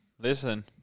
listen